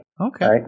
Okay